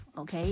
ok